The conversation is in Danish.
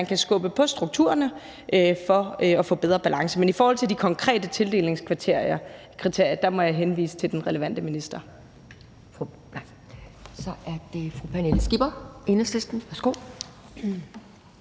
kan skubbe på strukturerne for at få bedre balance. Men i forhold til de konkrete tildelingskriterier må jeg henvise til den relevante minister.